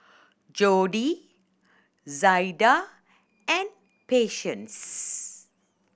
Jodi Zaida and Patience